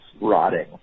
rotting